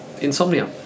insomnia